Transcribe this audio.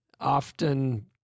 often